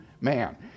man